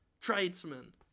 Tradesman